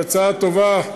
היא הצעה טובה,